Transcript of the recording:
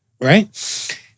Right